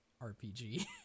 RPG